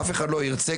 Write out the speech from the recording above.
אף אחד לא ירצה,